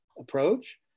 approach